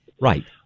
Right